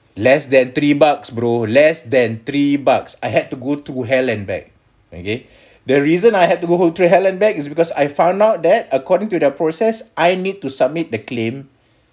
less than three bucks bro less than three bucks I had to go through hell and back okay the reason I had to go the whole to hell and back because I found out that according to the process I need to submit the claim